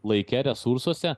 laike resursuose